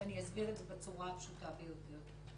ואני אסביר את זה בצורה הפשוטה ביותר.